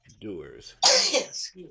doers